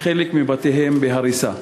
חלק מבתיהם בהריסה.